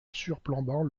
surplombant